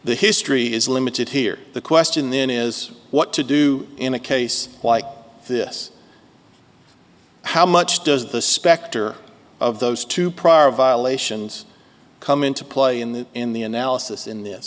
the history is limited here the question then is what to do in a case like this how much does the specter of those two prior violations come into play in the in the analysis in th